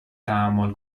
تحمل